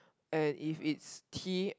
and if it's tea